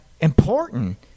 important